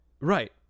Right